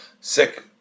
sick